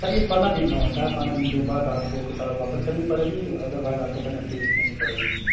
سر یہ پندرہ دن کا ہوتا ہے پندرہ دن کے بعد آپ کو کتاب واپس کرنی پڑے گی اور ادر وائز آپ کو پینلٹی دینی پڑے گی